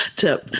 tip